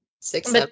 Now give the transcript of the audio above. six